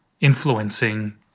influencing